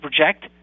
project